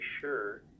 sure